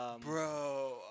Bro